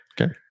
Okay